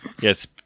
Yes